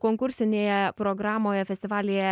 konkursinėje programoje festivalyje